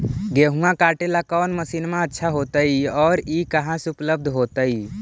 गेहुआ काटेला कौन मशीनमा अच्छा होतई और ई कहा से उपल्ब्ध होतई?